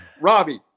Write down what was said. Robbie